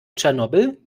tschernobyl